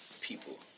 people